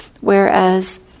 Whereas